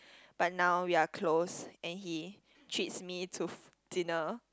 but now we are close and he treats me to dinner